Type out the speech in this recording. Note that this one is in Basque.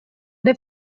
ere